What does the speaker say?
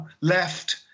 left